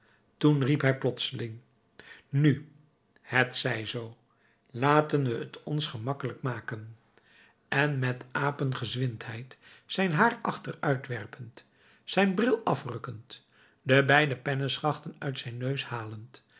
toen riep hij plotseling nu het zij zoo laten we t ons gemakkelijk maken en met apengezwindheid zijn haar achteruit werpend zijn bril afrukkend de beide penneschachten uit zijn neus halend